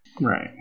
Right